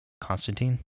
Constantine